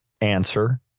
answer